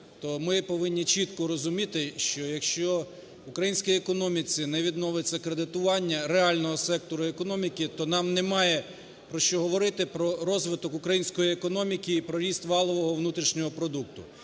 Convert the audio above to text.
то ми повинні чітко розуміти, що, якщо в українській економіці не відновиться кредитування реального сектору економіки, то нам немає про що говорити, про розвиток української економіки і про ріст валового внутрішнього продукту.